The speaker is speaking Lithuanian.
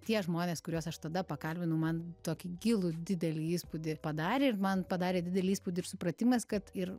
tie žmonės kuriuos aš tada pakalbinu man tokį gilų didelį įspūdį padarė ir man padarė didelį įspūdį ir supratimas kad ir